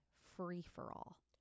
free-for-all